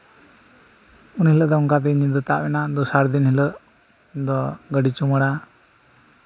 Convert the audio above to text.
ᱩᱱ ᱦᱤᱞᱳᱜ ᱫᱚ ᱚᱱᱠᱟ ᱛᱮᱜᱮ ᱧᱤᱫᱟᱹ ᱛᱟᱵ ᱮᱱᱟ ᱫᱚᱥᱟᱨ ᱫᱤᱱ ᱦᱤᱞᱳᱜ ᱫᱚ ᱜᱤᱰᱤ ᱪᱩᱢᱟᱹᱲᱟ